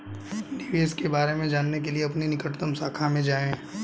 निवेश के बारे में जानने के लिए अपनी निकटतम शाखा में जाएं